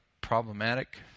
problematic